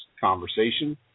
conversation